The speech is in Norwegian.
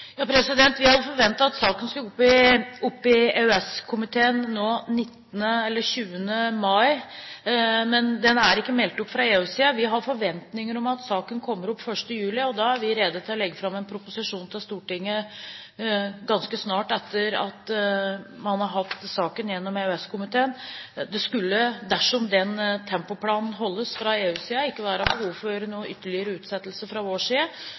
Vi hadde forventet at saken skulle opp i EØS-komiteen nå 19. eller 20. mai, men den er ikke meldt opp fra EU-siden. Vi har forventninger om at saken kommer opp 1. juli, og da er vi rede til å legge fram en proposisjon for Stortinget ganske snart etter at man har hatt saken gjennom EØS-komiteen. Dersom den tempoplanen holdes fra EUs side, skulle det ikke være noe behov for noen ytterligere utsettelse fra vår side.